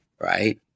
right